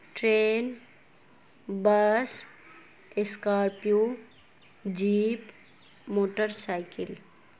train bus Scorpio jeep motorcycle